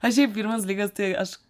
aš šiaip pirmas dalykas tai aš